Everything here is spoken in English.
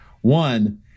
One